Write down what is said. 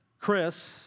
Chris